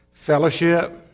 Fellowship